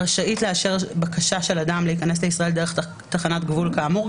רשאית לאשר בקשה של אדם להיכנס לישראל דרך תחנת גבול כאמור,